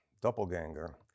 doppelganger